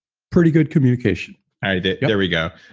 pretty good communication there we go.